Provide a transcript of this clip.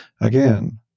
Again